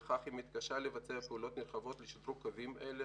וכך היא מתקשה לבצע פעולות נרחבות לשדרוג קווים אלה,